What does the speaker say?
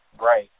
Right